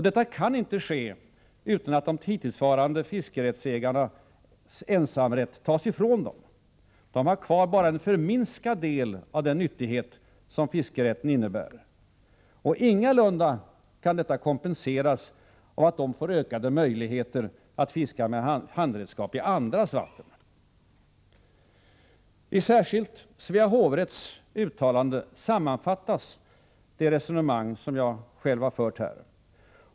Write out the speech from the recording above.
Detta kan inte ske utan att de hittillsvarande fiskevattensägarnas ensamrätt tas ifrån dem. De har kvar bara en förminskad del av den nyttighet som fiskerätten innebär. Ingalunda kan detta kompenseras av att de får ökade möjligheter att fiska med handredskap även i andras fiskevatten. I särskilt Svea hovrätts uttalande sammanfattas det resonemang jag här fört.